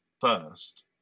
first